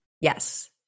Yes